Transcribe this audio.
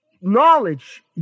knowledge